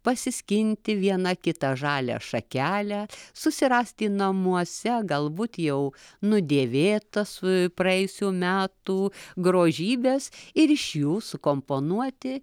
pasiskinti viena kitą žalią šakelę susirasti namuose galbūt jau nudėvėtą su praėjusių metų grožybes ir iš jų sukomponuoti